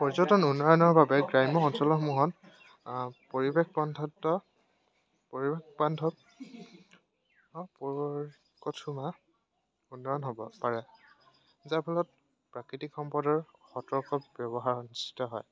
পৰ্যটন উন্নয়নৰ বাবে গ্ৰাম্য অঞ্চলসমূহত পৰিৱেশ পৰিৱেশ বান্ধৱ উন্নয়ন হ'ব পাৰে যাৰ ফলত প্ৰাকৃতিক সম্পদৰ ব্যৱহাৰ হয়